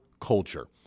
culture